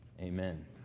amen